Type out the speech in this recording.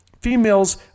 females